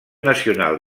nacional